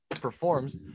performs